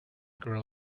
girl